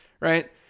right